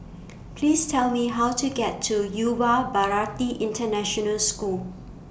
Please Tell Me How to get to Yuva Bharati International School